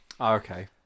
okay